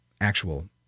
actual